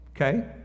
okay